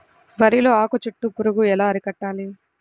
వరిలో ఆకు చుట్టూ పురుగు ఎలా అరికట్టాలి?